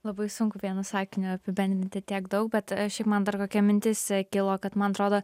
labai sunku vienu sakiniu apibendrinti tiek daug bet šiaip man dar kokia mintis kilo kad man trodo